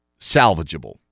salvageable